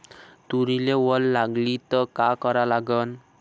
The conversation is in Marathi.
तुरीले वल लागली त का करा लागन?